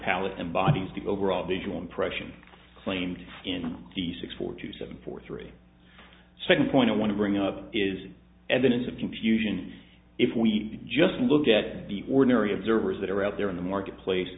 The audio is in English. palette embodies the overall visual impression claimed in the six four two seven four three a second point i want to bring up is evidence of confusion if we just look at the ordinary observers that are out there in the marketplace